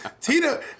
Tina